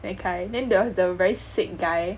that kind then there was the very sick guy